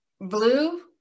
Blue